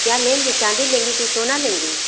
क्या लेंगे चाँदी लेंगी कि सोना लेंगी